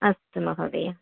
अस्तु महोदय